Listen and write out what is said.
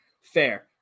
Fair